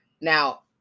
now